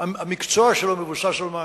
המקצוע שלו מבוסס על מים,